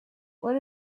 what